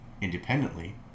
independently